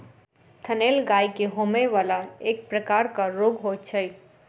थनैल गाय के होमय बला एक प्रकारक रोग होइत छै